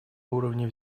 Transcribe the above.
уровне